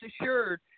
assured